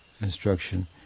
instruction